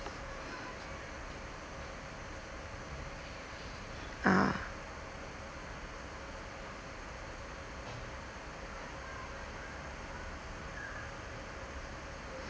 uh